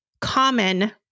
common